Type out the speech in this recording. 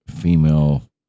female